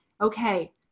Okay